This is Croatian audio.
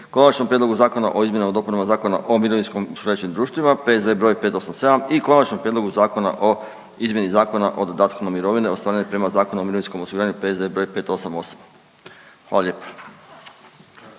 Konačnom prijedlogu zakona o izmjenama i dopunama Zakona o mirovinskim osiguravajućim društvima, P.Z.E. br. 587. i Konačnom prijedlogu zakona o izmjeni Zakona o dodatku na mirovine ostvarene prema Zakonu o mirovinskom osiguranju, P.Z. br. 588.. Hvala lijepa.